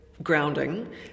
Grounding